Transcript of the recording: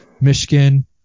Michigan